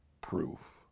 proof